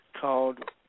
called